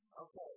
Okay